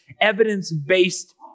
evidence-based